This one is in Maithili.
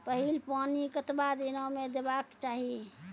पहिल पानि कतबा दिनो म देबाक चाही?